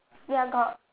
ya got